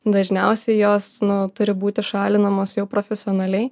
dažniausiai jos nu turi būti šalinamos jau profesionaliai